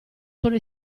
solo